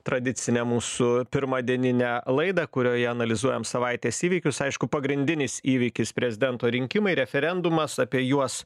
tradicinę mūsų pirmadieninę laidą kurioje analizuojam savaitės įvykius aišku pagrindinis įvykis prezidento rinkimai referendumas apie juos